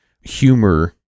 humor